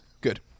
Good